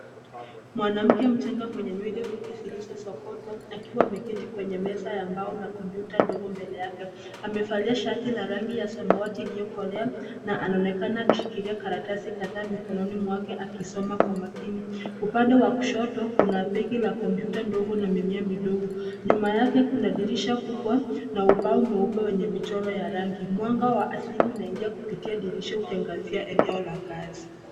Mwanamke mchanga mwenye nywele fupi zilizosokotwa, akiwa ameketi kwenye meza ya mbao na kompyuta ndogo mbele yake. Amevalia shati la rangi ya samawati iliyokolea, na anaonekana akishikilia karatasi kadhaa mikononi mwake akisoma kwa makini. Upande wa kushoto, kuna begi la kompyuta ndogo na mimea midogo. Nyuma yake kuna dirisha kubwa na ubao mweupe wenye michoro ya rangi. Mwanga wa asili unaingia kupitia dirisha ukiangazia eneo la kazi.